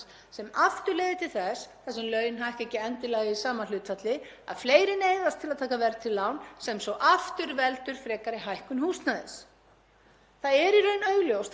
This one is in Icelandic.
Það er í raun augljóst, þegar maður veltir því fyrir sér, að verðtryggð lán myndu aldrei ganga upp nema húsnæðisverð hækki stöðugt því að lánin hækka stöðugt.